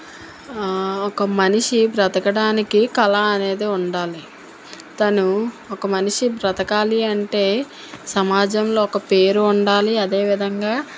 ఒక మనిషి బ్రతకడానికి కళ అనేది ఉండాలి తను ఒక మనిషి బ్రతకాలి అంటే సమాజంలో ఒక పేరు ఉండాలి అదేవిధంగా